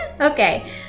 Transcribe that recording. Okay